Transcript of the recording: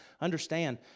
Understand